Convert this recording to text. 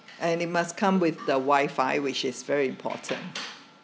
and it must come with the wi-fi which is very important